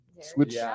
switch